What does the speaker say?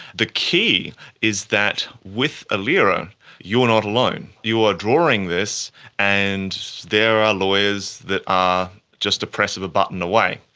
the key is that with ailira you are not alone, you are drawing this and there are lawyers that are just a press of a button away.